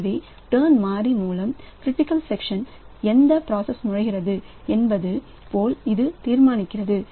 எனவேடர்ன் மாறி மூலம் க்ரிட்டிக்கல் செக்ஷனில் எந்த பிராசஸ் நுழைகிறது என்பது போல் இது தீர்மானிக்கிறது